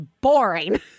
boring